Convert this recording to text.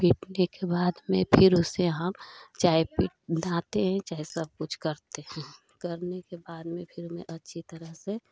पीटने के बाद में फ़िर उसे हम चाहे पिट ढाते हैं चाहे सब कुछ करते हैं करने के बाद में फ़िर मैं अच्छी तरह से